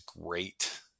great